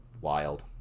wild